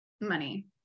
money